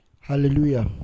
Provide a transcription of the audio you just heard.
Hallelujah